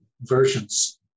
versions